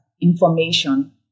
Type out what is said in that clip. information